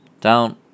down